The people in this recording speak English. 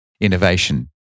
innovation